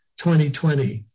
2020